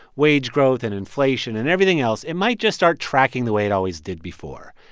wage growth and inflation and everything else it might just start tracking the way it always did before.